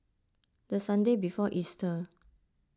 the Sunday before Easter